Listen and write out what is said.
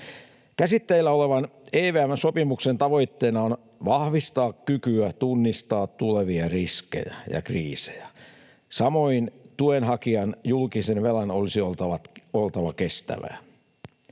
Käsitteillä olevan EVM-sopimuksen tavoitteena on vahvistaa kykyä tunnistaa tulevia riskejä ja kriisejä, samoin tuen hakijan julkisen velan olisi oltava kestävää.